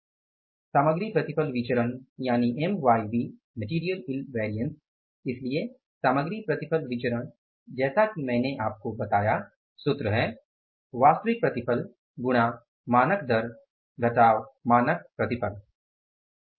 MYV सामग्री प्रतिफल विचरण इसलिए सामग्री प्रतिफल विचरण जैसा कि मैंने आपको बताया सूत्र है वास्तविक प्रतिफल गुणा मानक दर घटाव मानक प्रतिफल है